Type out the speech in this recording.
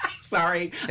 Sorry